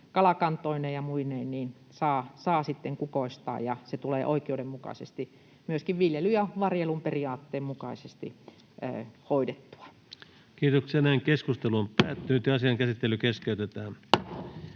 kalakantoineen ja muineen saa sitten kukoistaa ja se tulee oikeudenmukaisesti, myöskin viljelyn ja varjelun periaatteen mukaisesti, hoidettua. Toiseen käsittelyyn esitellään